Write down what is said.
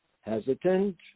hesitant